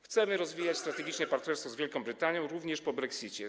Chcemy rozwijać strategicznie partnerstwo z Wielką Brytanią również po brexicie.